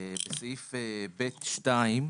סעיף (ב)(1)